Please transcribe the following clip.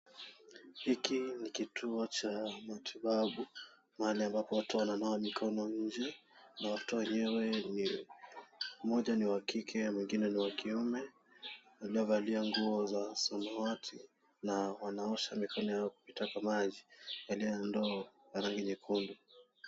Hiki ni kituo cha matibabu mahali ambapo watu wananawa mikono nje na watu wenyewe ni moja ni wa kike mwingine ni wa kiume amevalia nguo za samawati na wanaosha mikono yao kupita kwa maji kwenye ndoo ya rangi nyekundu.